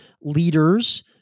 leaders